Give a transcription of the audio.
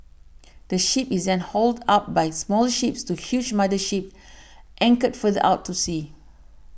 the is then hauled up by smaller ships to huge mother ships anchored further out to sea